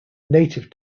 native